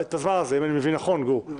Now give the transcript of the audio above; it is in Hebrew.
הדבר הזה, אם אני מבין נכון, גור.